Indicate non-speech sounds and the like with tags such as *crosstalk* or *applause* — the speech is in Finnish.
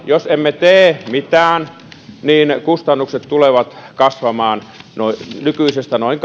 jos emme tee mitään niin kustannukset tulevat kasvamaan nykyisestä noin *unintelligible*